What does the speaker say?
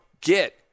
get